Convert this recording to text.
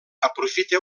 aprofita